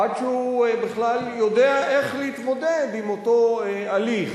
עד שהוא יודע איך להתמודד עם אותו הליך,